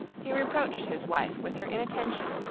he reproached his wife with her inattention,